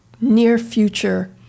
near-future